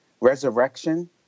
resurrection